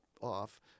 off